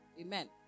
Amen